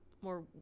more